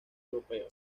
europeo